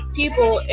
people